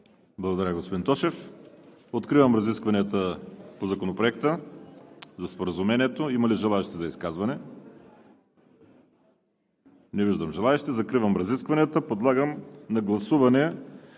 Благодаря, господин Тошев. Откривам разискванията по Законопроекта за Споразумението. Има ли желаещи за изказване? Не виждам. Закривам разискванията. Подлагам на първо гласуване: